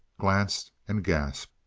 glanced and gasped.